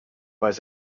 weiß